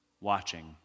watching